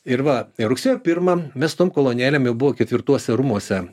ir va ir rugsėjo pirmą mes su tom kolonėlėm jau buvo ketvirtuose rūmuose